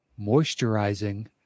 moisturizing